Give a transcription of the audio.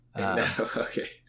Okay